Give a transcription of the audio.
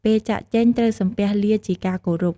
ពេលចាកចេញ ត្រូវសំពះលាជាការគោរព។